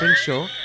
show